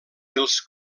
dels